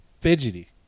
Fidgety